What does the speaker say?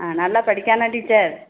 ஆ நல்லா படிக்கானா டீச்சர்